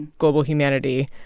global humanity,